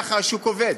ככה השוק עובד.